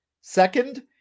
Second